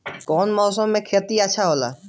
कौन मौसम मे खेती अच्छा होला?